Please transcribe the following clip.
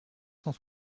cent